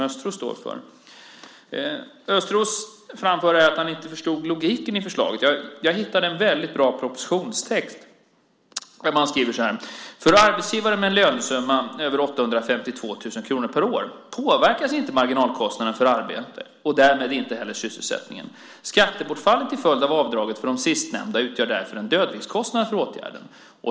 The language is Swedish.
Östros framför att han inte förstod logiken i förslaget. Jag hittade en väldigt bra propositionstext där man skriver så här: "För arbetsgivare med en lönesumma över 852 000 kr per år påverkas inte marginalkostnaden för arbete och därmed inte heller sysselsättningen. Skattebortfallet till följd av avdraget för de sistnämnda utgör därför en dödviktskostnad för åtgärden."